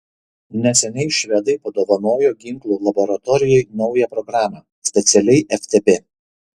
neseniai švedai padovanojo ginklų laboratorijai naują programą specialiai ftb